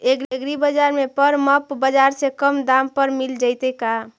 एग्रीबाजार में परमप बाजार से कम दाम पर मिल जैतै का?